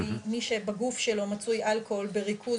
שהיא שמי שבגוף שלו נמצא אלכוהול בריכוז